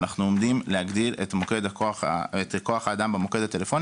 אנחנו עומדים להגדיל את כוח האדם במוקד הטלפוני